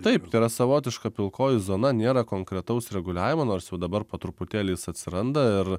taip tai yra savotiška pilkoji zona nėra konkretaus reguliavimo nors jau dabar po truputėlį jis atsiranda ir